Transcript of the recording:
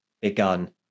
begun